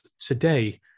today